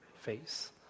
face